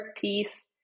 piece